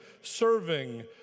serving